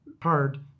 Hard